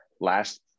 last